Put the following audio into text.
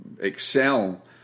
excel